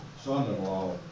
son-in-law